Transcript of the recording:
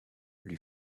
lui